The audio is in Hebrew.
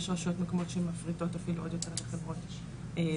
יש רשויות מקומיות שמפריטות אפילו עוד יותר לחברות בת,